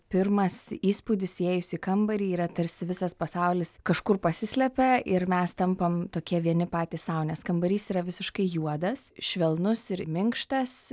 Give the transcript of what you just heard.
pirmas įspūdis įėjus į kambarį yra tarsi visas pasaulis kažkur pasislepia ir mes tampam tokie vieni patys sau nes kambarys yra visiškai juodas švelnus ir minkštas